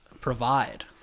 provide